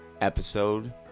episode